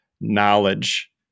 knowledge